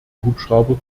hubschrauber